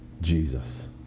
Jesus